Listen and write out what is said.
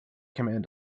command